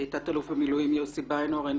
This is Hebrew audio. תת-אלוף במילואים יוסי ביינהורן,